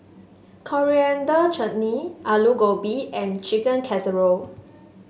Coriander Chutney Alu Gobi and Chicken Casserole